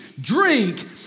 drink